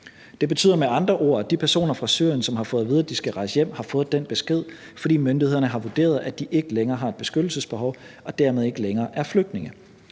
Det betyder med andre ord, at de personer fra Syrien, som har fået at vide, at de skal rejse hjem, har fået den besked, fordi myndighederne har vurderet, at de ikke længere har et beskyttelsesbehov og dermed ikke længere er flygtninge.